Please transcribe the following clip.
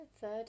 third